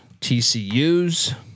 TCUs